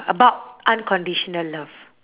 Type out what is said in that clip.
about unconditional love